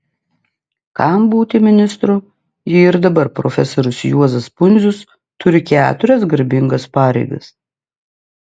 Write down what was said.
kam būti ministru jei ir dabar profesorius juozas pundzius turi keturias garbingas pareigas